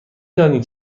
دانی